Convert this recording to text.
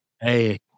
Hey